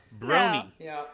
Brony